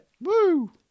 Woo